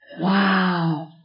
Wow